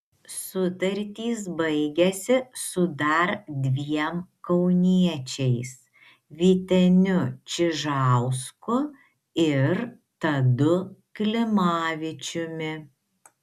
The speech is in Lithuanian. sutartys baigiasi su dar dviem kauniečiais vyteniu čižausku ir tadu klimavičiumi